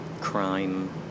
crime